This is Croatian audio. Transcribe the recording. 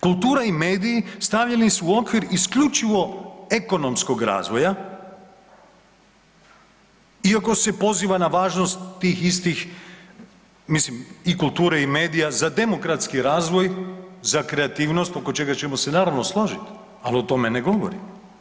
Kultura i mediji stavljeni su okvir isključivo ekonomskog razvoja iako se poziva na važnost tih istih, mislim i kulture i medija za demokratski razvoj, za kreativnost oko čega ćemo se naravno složiti ali o tome ne govori.